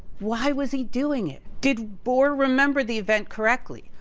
why was he doing it? did bohr remember the event correctly?